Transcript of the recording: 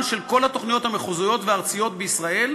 של כל התוכניות המחוזיות והארציות בישראל",